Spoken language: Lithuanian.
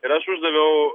ir aš uždaviau